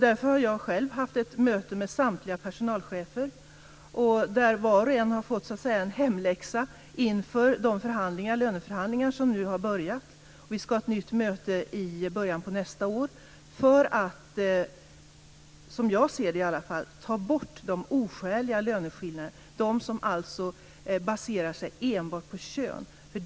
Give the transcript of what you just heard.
Därför har jag själv haft ett möte med samtliga personalchefer, där var och en har fått en hemläxa inför de löneförhandlingar som nu har påbörjats. Vi ska ha ett nytt möte i början på nästa år för att - så ser i alla fall jag det - ta bort de oskäliga löneskillnaderna, dvs. de som baserar sig enbart på kön.